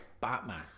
Batman